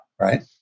right